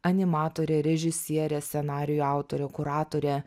animatorė režisierė scenarijų autorė kuratorė